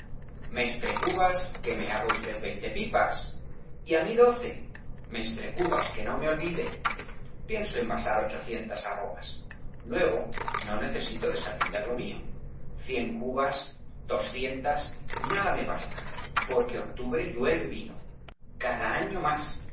mestre cubas que me haga usted veinte pipas y á mi doce mestre cubas que no me olvide pienso envasar ochocientas arrobas luego no necesito desatender lo mío cien cubas doscientas nada me basta porque octubre llueve vino cada tropiquillos año más